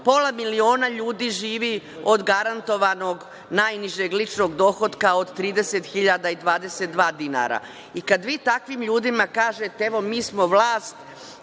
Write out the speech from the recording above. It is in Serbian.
pola miliona ljudi živi od garantovanog najnižeg ličnog dohotka od 30.022 dinara i kad vi takvim ljudima kažete - evo mi smo vlast